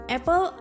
Apple